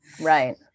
Right